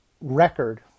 record